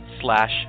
slash